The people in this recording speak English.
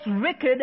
wicked